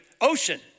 ocean